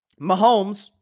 Mahomes